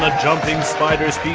ah jumping spider